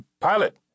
Pilot